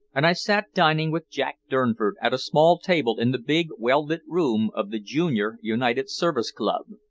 and i sat dining with jack durnford at a small table in the big, well-lit room of the junior united service club.